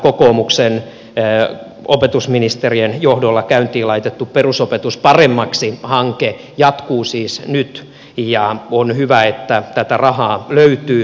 tämä kokoomuksen opetusministerien johdolla käyntiin laitettu perusopetus paremmaksi hanke jatkuu siis nyt ja on hyvä että tätä rahaa löytyy